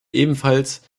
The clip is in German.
ebenfalls